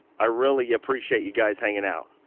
i really appreciate you guys hanging out.